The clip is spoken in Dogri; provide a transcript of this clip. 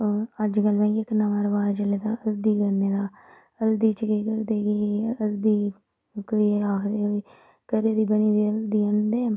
अज्जकल भई इक नमां रवाज़ चले दा हल्दी करने दा हल्दी च केह् करदे कि हल्दी कोई आखदे घरै दी बनी दी हल्दी आह्नदे